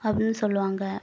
அப்படின்னு சொல்லுவாங்க